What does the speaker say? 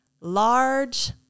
large